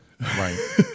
right